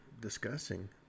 discussing